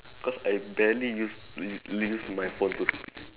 cause I barely use use use my phone to